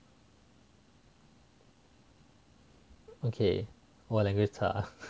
okay 我 language 差